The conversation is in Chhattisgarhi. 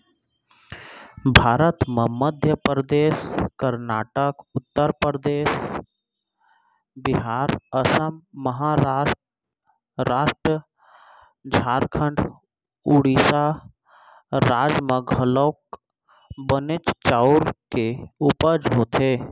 भारत म मध्य परदेस, करनाटक, उत्तर परदेस, बिहार, असम, महारास्ट, झारखंड, ओड़ीसा राज म घलौक बनेच चाँउर के उपज होथे